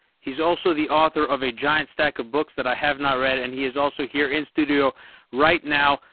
he's also the author of a giant stack of books that i have not read, and he's also here in studio right now.